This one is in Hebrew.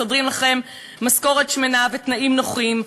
מסדרים לכם משכורת שמנה ותנאים נוחים,